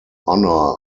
honor